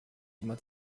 immer